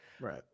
Right